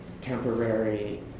temporary